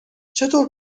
چطور